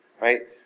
right